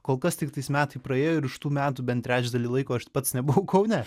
kol kas tiktais metai praėjo ir iš tų metų bent trečdalį laiko aš pats nebuvau kaune